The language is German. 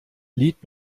lied